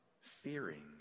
fearing